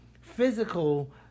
physical